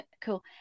cool